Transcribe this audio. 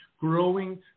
growing